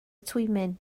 twymyn